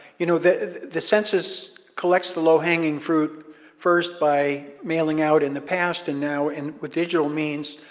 you know the the census collects the low hanging fruit first by mailing out in the past, and now, and with digital means,